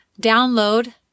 download